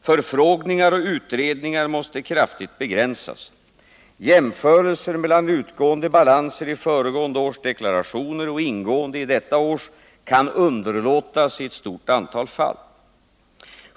Förfrågningar och utredningar måste kraftigt begränsas. Jämförelser mellan utgående balanser i föregående års deklarationer och ingående i detta års kan underlåtas i ett stort antal fall.